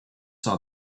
saw